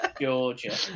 Georgia